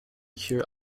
cure